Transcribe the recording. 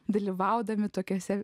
dalyvaudami tokiose